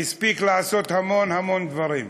והספיק לעשות המון המון דברים.